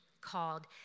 called